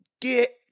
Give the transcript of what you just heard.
Get